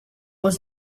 was